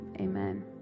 amen